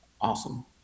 awesome